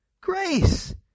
grace